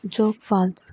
Jog falls